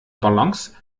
balance